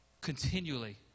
continually